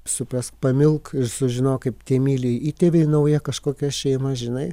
suprask pamilk ir sužinok kaip tie myli įtėviai naują kažkokią šeimą žinai